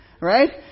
Right